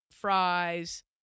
Fries